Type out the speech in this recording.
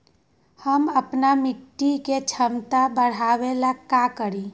हम अपना मिट्टी के झमता बढ़ाबे ला का करी?